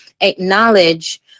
acknowledge